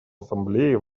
ассамблеи